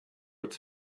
its